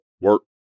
work